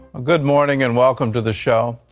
ah good morning and welcome to the show.